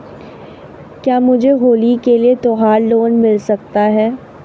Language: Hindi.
क्या मुझे होली के लिए त्यौहार लोंन मिल सकता है?